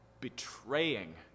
betraying